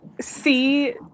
see